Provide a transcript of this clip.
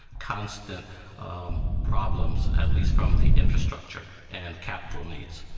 constant problems at least from the infrastructure and capital needs.